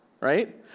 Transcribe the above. right